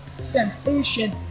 sensation